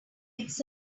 eggs